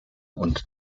und